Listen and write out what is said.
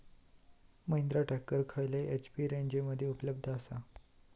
Mahindra tractor खयल्या HP रेंजमध्ये उपलब्ध आसा?